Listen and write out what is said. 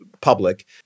public